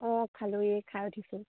অঁ খালো এই খাই উঠিছোঁ